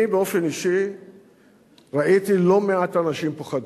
אני באופן אישי ראיתי לא מעט אנשים פוחדים.